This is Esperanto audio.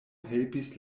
helpis